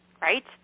right